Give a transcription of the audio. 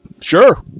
sure